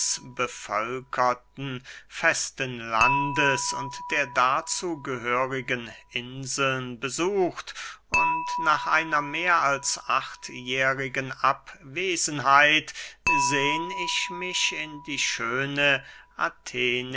bevölkerten festen landes und der dazu gehörigen inseln besucht und nach einer mehr als achtjährigen abwesenheit sehn ich mich in die schöne